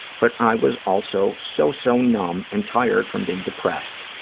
but i was also so, so numb and tired from being depressed.